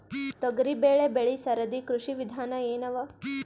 ತೊಗರಿಬೇಳೆ ಬೆಳಿ ಸರದಿ ಕೃಷಿ ವಿಧಾನ ಎನವ?